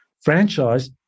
franchise